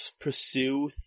pursue